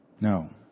No